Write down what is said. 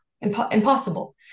impossible